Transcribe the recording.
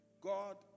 God